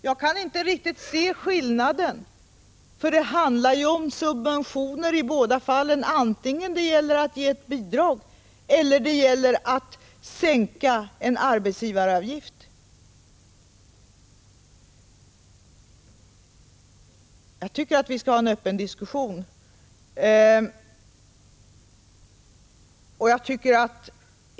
Jag kan inte riktigt se skillnaden, för det handlar ju om subventioner i båda fallen — antingen det gäller att ge ett bidrag eller det gäller att sänka en arbetsgivaravgift. Jag tycker att vi skall ha en öppen diskussion.